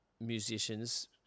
musicians